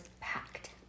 packed